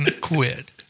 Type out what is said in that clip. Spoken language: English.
quit